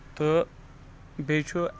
تہٕ بیٚیہِ چھُ